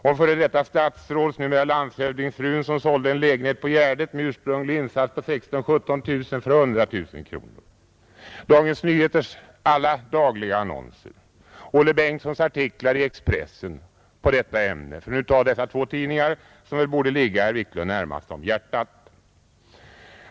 Läser han inte om f. d. statsråds-, numera landshövdingsfrun som sålde en lägenhet på Gärdet med en ursprunglig insats på 16 000-17 000 kronor för 100 000 kronor? Läser han inte Dagens Nyheters alla dagliga annonser eller Olle Bengtzons artiklar i Expressen i detta ämne, för att ta dessa två tidningar som borde ligga herr Wiklund närmast om hjärtat?